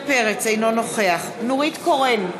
אינו נוכח נורית קורן,